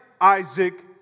Isaac